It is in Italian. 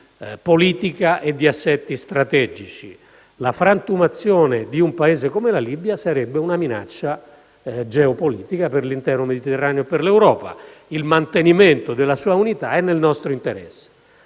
di politica e di assetti strategici: la frantumazione di un Paese come la Libia sarebbe una minaccia geopolitica per l'intero Mediterraneo e per l'Europa; il mantenimento della sua unità è nel nostro interesse.